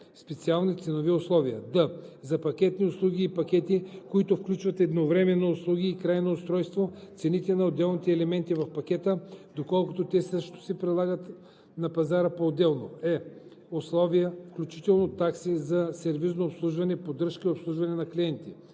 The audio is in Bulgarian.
специални ценови условия; д) за пакетни услуги и пакети, които включват едновременно услуги и крайно устройство – цените на отделните елементи в пакета, доколкото те също се предлагат на пазара поотделно; е) условия, включително такси, за сервизно обслужване, поддръжка и обслужване на клиенти;